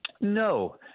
No